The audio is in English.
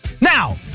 Now